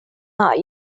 not